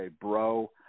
Bro